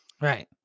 Right